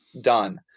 Done